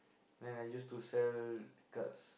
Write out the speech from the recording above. man I just to sell cards